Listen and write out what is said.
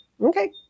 Okay